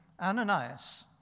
Ananias